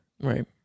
Right